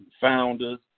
founders